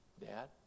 Dad